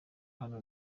hano